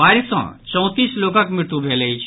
बाढि सँ चौंतीस लोकक मृत्यु भेल अछि